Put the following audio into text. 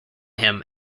him